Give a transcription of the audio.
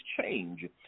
change